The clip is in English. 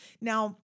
Now